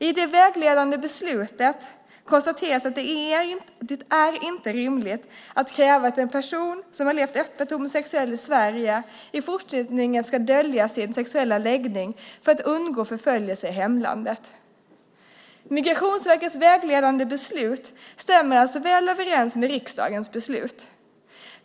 I det vägledande beslutet konstateras att det inte är rimligt att kräva att en person som har levt som öppet homosexuell i Sverige i fortsättningen ska dölja sin sexuella läggning för att undgå förföljelse i hemlandet. Migrationsverkets vägledande beslut stämmer alltså väl överens med riksdagens beslut.